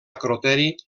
acroteri